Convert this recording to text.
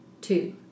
two